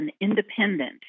independent